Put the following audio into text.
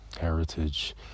heritage